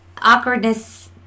awkwardness